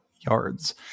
yards